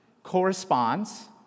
corresponds